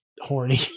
horny